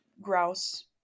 grouse